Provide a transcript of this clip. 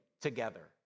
together